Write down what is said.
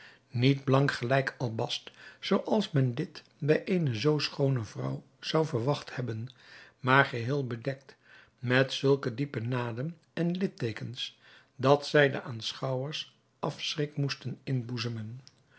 niet blank gelijk albast zoo als men dit bij eene zoo schoone vrouw zou verwacht hebben maar geheel bedekt met zulke diepe naden en lidteekens dat zij den aanschouwers afschrik moesten inboezemen